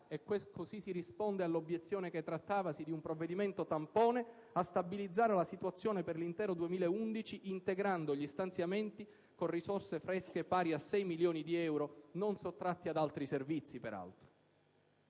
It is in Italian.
e così si risponde all'obiezione per la quale trattavasi di un provvedimento tampone - la situazione per l'intero 2011, integrando gli stanziamenti con risorse fresche pari a 6 milioni di euro, peraltro non sottratti ad altri servizi.